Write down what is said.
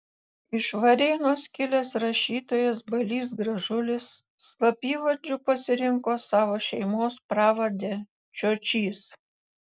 iš varėnos kilęs rašytojas balys gražulis slapyvardžiu pasirinko savo šeimos pravardę čiočys